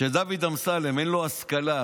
שלדוד אמסלם אין השכלה,